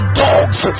dogs